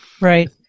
Right